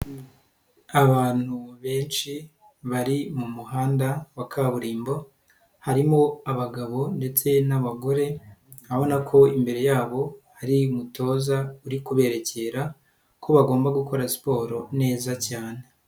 Abantu benshi bari mu muhanda wa kaburimbo, harimo abagabo ndetse n'abagore, urabona ko imbere yabo hari umutoza uri kuberekera ko bagomba gukora siporo neza cyane.